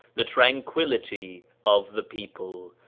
the tranquility of the people,